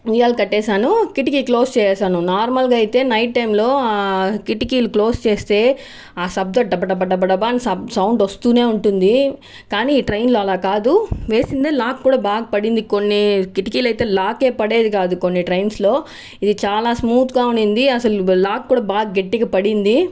ఉయ్యాలు కట్టేశాను కిటికీ క్లోజ్ చేసేసాను నార్మల్ గా అయితే నైట్ టైం లో కిటికీలు క్లోజ్ చేస్తే ఆ శబ్ద డబడబా అని శబ్ద సౌండ్ వస్తూనే ఉంటుంది కానీ ఈ ట్రైన్స్ లో అలా కాదు వేసింది లాక్ కూడా బాగా పడింది కొన్ని కిటికీలు లాక్కే పడేది కాదు కొన్ని ట్రైన్స్ లో ఇది చాలా స్మూత్ గా ఉండింది ఉనింది అసలు లాక్కు కూడా గట్టిగా పడింది